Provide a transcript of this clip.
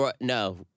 No